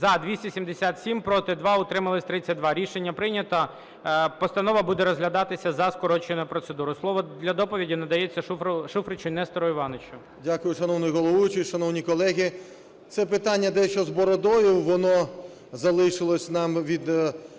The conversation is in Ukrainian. За-277 Проти – 2, утримались – 32. Рішення прийнято. Постанова буде розглядатися за скороченою процедурою. Слово для доповіді надається Шуфричу Нестору Івановичу. 11:36:07 ШУФРИЧ Н.І. Дякую. Шановний головуючий, шановні колеги, це питання дещо з бородою, воно залишилось нам від